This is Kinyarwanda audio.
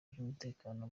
by’umutekano